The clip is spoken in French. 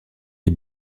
les